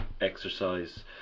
exercise